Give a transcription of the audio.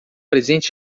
presente